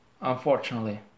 Unfortunately